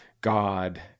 God